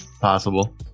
possible